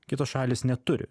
kitos šalys neturi